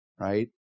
right